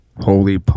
Holy